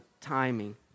timing